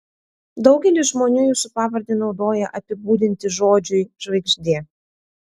daugelis žmonių jūsų pavardę naudoja apibūdinti žodžiui žvaigždė